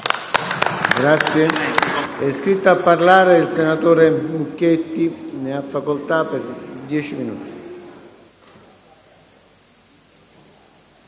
grazie.